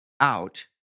out